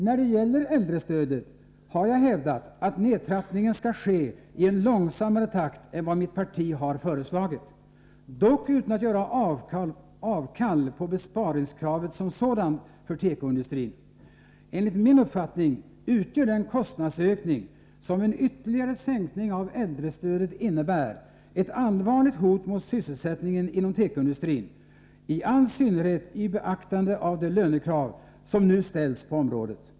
När det gäller äldrestödet har jag hävdat att nedtrappningen skall ske i ett långsammare tempo än vad mitt parti har föreslagit, dock utan att göra avkall på besparingskravet som sådant för tekoindustrin. Enligt min uppfattning utgör den kostnadsökning som en ytterligare sänkning av äldrestödet innebär ett allvarligt hot mot sysselsättningen inom tekoindustrin, i all synnerhet i beaktande av de lönekrav som nu ställs på området.